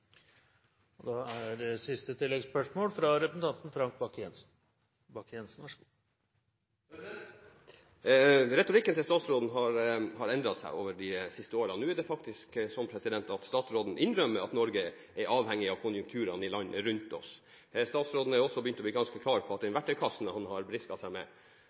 Frank Bakke-Jensen – til oppfølgingsspørsmål. Retorikken til statsråden har endret seg gjennom de siste årene. Nå er det faktisk slik at statsråden innrømmer at vi i Norge er avhengig av konjunkturene i landene rundt oss. Statsråden har også begynt å bli ganske klar på at den verktøykassen han har brisket seg med,